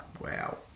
Wow